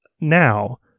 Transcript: now